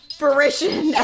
fruition